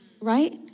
right